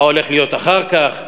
מה הולך להיות אחר כך,